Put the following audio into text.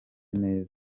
neza